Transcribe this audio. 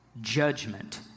judgment